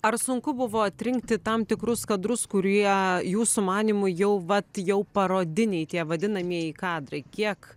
ar sunku buvo atrinkti tam tikrus kadrus kurie jūsų manymu jau vat jau parodiniai tie vadinamieji kadrai kiek